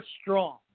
strong